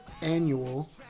annual